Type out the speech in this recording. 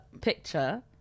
picture